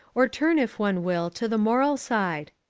or turn if one will to the moral side.